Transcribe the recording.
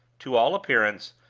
to all appearance,